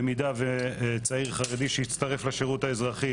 במידה וצעיר חרדי שיצטרף לשירות האזרחי